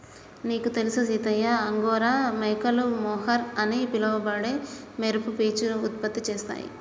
నీకు తెలుసు సీతయ్య అంగోరా మేకలు మొహర్ అని పిలవబడే మెరుపు పీచును ఉత్పత్తి చేస్తాయి